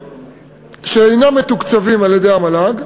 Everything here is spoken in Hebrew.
במוסדות שאינם מתוקצבים על-ידי המל"ג,